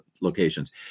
locations